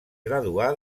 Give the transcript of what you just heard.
graduà